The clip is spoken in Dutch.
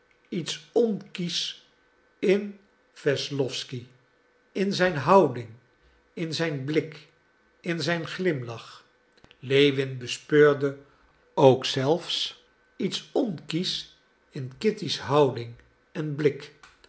iets onkiesch in wesslowsky in zijn houding in zijn blik in zijn glimlach lewin bespeurde ook zelfs iets onkiesch in kitty's houding en blik